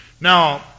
Now